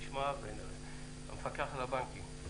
המפקח על הבנקים.